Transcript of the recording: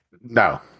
No